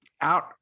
out